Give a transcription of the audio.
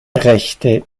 rechte